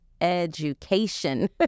education